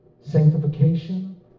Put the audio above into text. sanctification